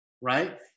Right